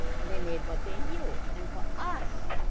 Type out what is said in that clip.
and they made what they knew. and for us,